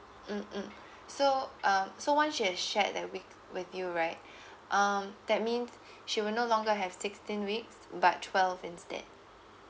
mm mm so um so once she has shared that with with you right um that means she will no longer have sixteen weeks but twelve instead